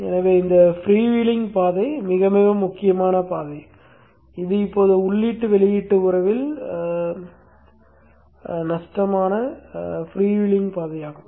எனவே இந்த ஃப்ரீவீலிங் பாதை மிக மிக முக்கியமான பாதை இது இப்போது உள்ளீடு வெளியீடு உறவில் நஷ்டமான ஃப்ரீவீலிங் பாதையாகும்